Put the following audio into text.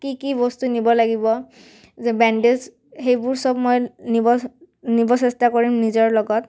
কি কি বস্তু নিব লাগিব যে বেণ্ডেজ সেইবোৰ চব মই নিব নিব চেষ্টা কৰিম নিজৰ লগত